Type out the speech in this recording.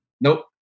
Nope